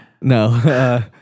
No